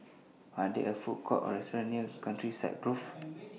Are There Food Courts Or restaurants near Countryside Grove